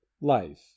Life